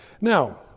Now